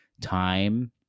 time